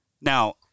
Now